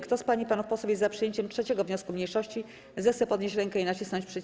Kto z pań i panów posłów jest za przyjęciem 3. wniosku mniejszości, zechce podnieść rękę i nacisnąć przycisk.